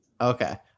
Okay